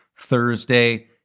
Thursday